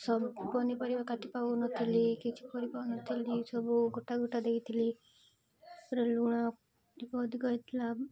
ସବୁ ପନିପରିବା କାଟି ପାଉ ନଥିଲି କିଛି କରି ପାରୁ ନଥିଲି ସବୁ ଗୋଟା ଗୋଟା ଦେଇଥିଲି ତା'ପରେ ଲୁଣି ଟିକେ ଅଧିକ ହେଇଥିଲା